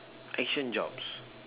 action jobs